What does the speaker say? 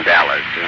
Dallas